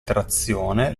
trazione